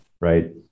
right